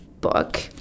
book